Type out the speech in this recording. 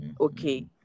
okay